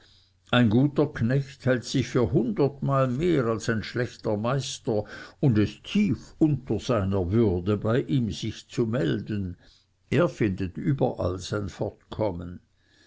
ein guter knecht hält sich für hundertmal mehr als ein schlechter meister und es tief unter seiner würde bei ihm sich zu melden er findet überall sein fortkommen